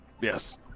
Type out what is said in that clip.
Yes